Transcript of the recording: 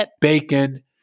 bacon